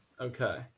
Okay